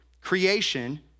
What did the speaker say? creation